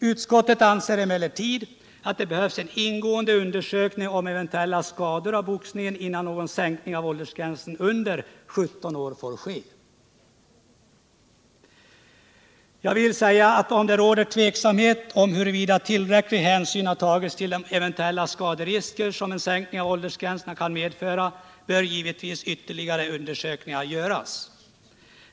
Utskottet anser emellertid att det behövs en ingående undersökning om eventuella skador av boxning innan någon sänkning av åldersgränsen under 17 år får ske. Jag vill säga att om det råder tveksamhet om huruvida tillräcklig hänsyn har tagits till de eventuella skaderisker som en sänkning av åldersgränsen kan medföra, bör givetvis ytterligare undersökningar göras.